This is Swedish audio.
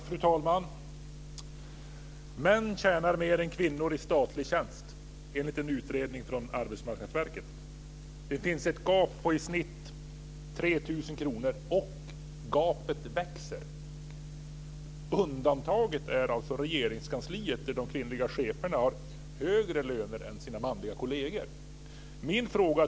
Fru talman! Män tjänar mer än kvinnor i statlig tjänst enligt en utredning från Arbetsmarknadsverket. Det finns ett gap på i snitt 3 000 kr., och gapet växer. Undantaget är Regeringskansliet där de kvinnliga cheferna har högre löner än sina manliga kolleger.